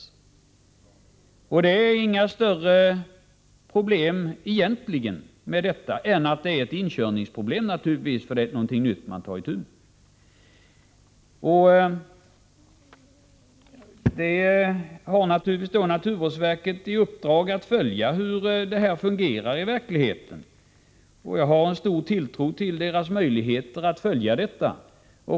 Det är egentligen inga större problem med detta, förutom naturligtvis inkörningsproblem, för detta är någonting nytt som man tar itu med. Naturvårdsverket har naturligtvis i uppdrag att följa hur detta fungerar i verkligheten. Jag har stor tilltro till naturvårdsverkets möjligheter att följa arbetet.